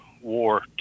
War